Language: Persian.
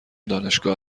دانشگاه